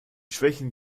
schwächen